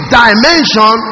dimension